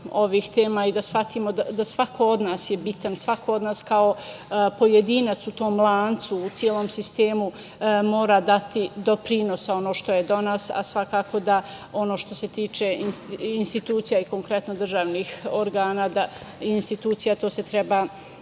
ovih tema i da shvatimo da svako od nas je bitan, svako od nas kao pojedinac u tom lancu, u celom sistemu mora dati doprinos ono što je do nas, a svakako da ono što se tiče institucija i konkretno državnih organa i institucija to se treba